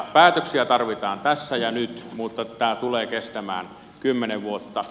päätöksiä tarvitaan tässä ja nyt mutta tämä tulee kestämään kymmenen vuotta